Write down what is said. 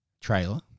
trailer